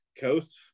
coast